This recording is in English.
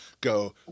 go